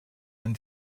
ein